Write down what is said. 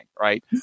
right